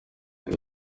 ibi